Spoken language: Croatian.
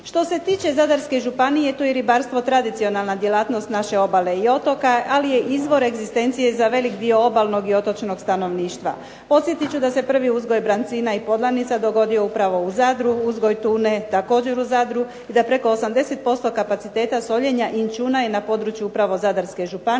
Što se tiče Zadarske županije tu je ribarstvo tradicionalna djelatnost naše obale i otoka, ali je i izvor egzistencije za velik dio obalnog i otočnog stanovništva. Podsjetit ću da se prvi uzgoj brancima i podlanica dogodio upravo u Zadru, uzgoj tune također u Zadru i da preko 80% kapaciteta soljenja inćuna je upravo na području Zadarske županije,